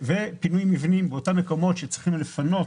פינוי מבנים באותם מקומות שצריך לפנות